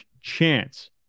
chance